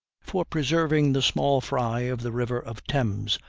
for preserving the small fry of the river of thames,